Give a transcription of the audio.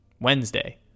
wednesday